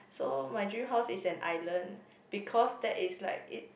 so my dream house is an island because that is like it